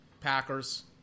Packers